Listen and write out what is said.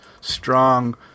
strong